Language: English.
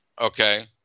okay